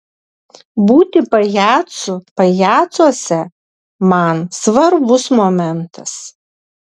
būti pajacu pajacuose man svarbus momentas